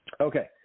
Okay